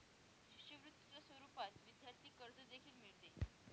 शिष्यवृत्तीच्या स्वरूपात विद्यार्थी कर्ज देखील मिळते